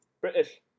British